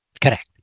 Correct